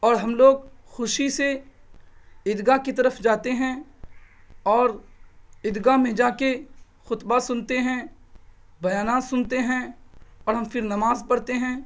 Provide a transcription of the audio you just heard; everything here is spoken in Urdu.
اور ہم لوگ خوشی سے عیدگاہ کی طرف جاتے ہیں اور عیدگاہ میں جا کے خطبہ سنتے ہیں بیانات سنتے ہیں اور ہم فر نماز پڑھتے ہیں